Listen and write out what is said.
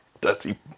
Dirty